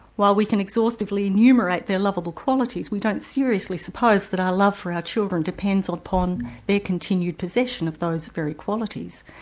while we can exhaustively enumerate their lovable qualities, we don't seriously suppose that our love for our children depends upon their continued possession of those very qualities.